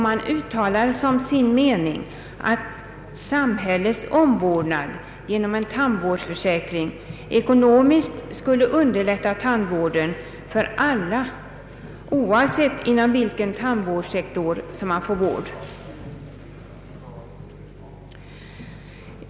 Man uttalar som sin mening att samhällets omvårdnad genom en tandvårdsförsäkring ekonomiskt skulle underlätta tandvården för alla, oavsett inom vilken tandvårdssektor vården lämnas.